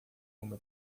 uma